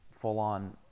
full-on